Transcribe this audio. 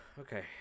Okay